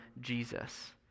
Jesus